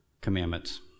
commandments